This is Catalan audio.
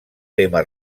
tema